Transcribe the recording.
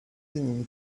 seem